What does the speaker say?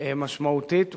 משמעותית בכלל,